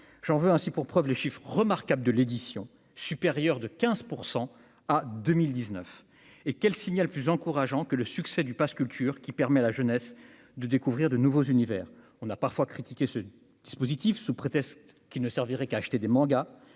j'en veux ainsi pour preuve les chiffres remarquables de l'édition, supérieur de 15 % à 2000 19 et quel signal plus encourageant que le succès du Pass culture qui permet à la jeunesse, de découvrir de nouveaux univers, on a parfois critiqué ce dispositif sous prétexte qu'il ne servirait qu'à acheter des Mangas